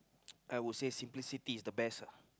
I would say simplicity is the best lah